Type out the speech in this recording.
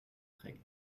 règle